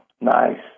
Nice